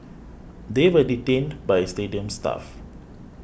they were detained by stadium staff